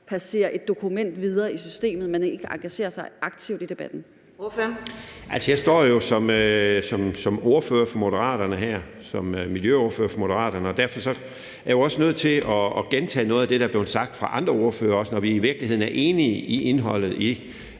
Adsbøl): Ordføreren. Kl. 15:39 Henrik Frandsen (M): Jeg står jo som miljøordfører for Moderaterne her, og derfor er jeg også er nødt til at gentage noget af det, der er blevet sagt af andre ordførere, når vi i virkeligheden er enige i indholdet i